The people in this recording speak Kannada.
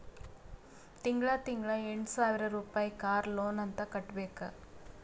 ತಿಂಗಳಾ ತಿಂಗಳಾ ಎಂಟ ಸಾವಿರ್ ರುಪಾಯಿ ಕಾರ್ ಲೋನ್ ಅಂತ್ ಕಟ್ಬೇಕ್